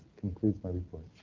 concludes my report.